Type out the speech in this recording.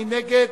מי נגד?